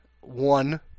one